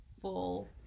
full